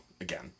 again